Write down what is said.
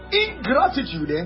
ingratitude